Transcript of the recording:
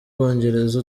bwongereza